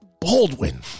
Baldwin